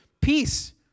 peace